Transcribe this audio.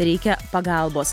reikia pagalbos